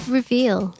Reveal